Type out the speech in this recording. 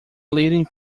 leading